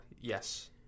Yes